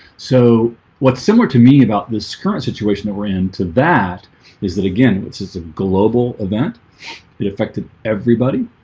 so what's similar to me about this current situation that we ran to that is that again, which is a global event it affected everybody